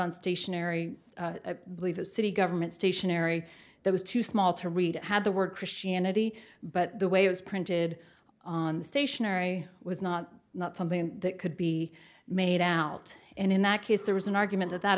on stationery leave a city government stationery that was too small to read it had the word christianity but the way it was printed on the stationery was not not something that could be made out and in that case there was an argument that